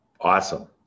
awesome